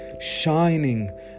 Shining